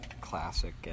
classic